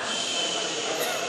לפחות, מקשיבה לי,